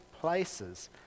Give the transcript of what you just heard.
places